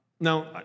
Now